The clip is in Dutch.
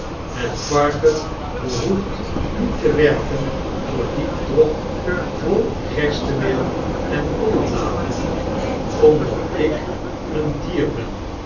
het varken behoeft niet te werken voor dien trog vol gerstemeel en koolbladen omdat ik een dier ben